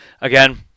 again